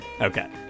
Okay